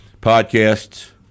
podcasts